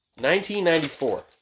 1994